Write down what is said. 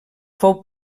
fou